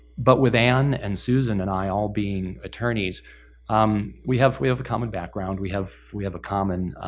but with ann and susan and i all being attorneys um we have we have a common background. we have we have a common